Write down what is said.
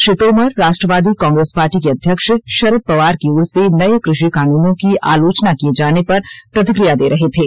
श्री तोमर राष्ट्रवादी Congress party के अध्यक्ष शरद पवार की ओर से नए कृषि कानूनों की आलोचना किए जाने पर प्रतिक्रिया दे रहे थे